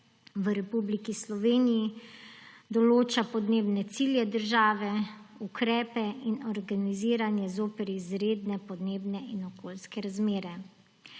v Republiki Sloveniji, določa podnebne cilje države, ukrepe in organiziranje zoper izredne podnebne in okoljske razmere.